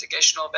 investigational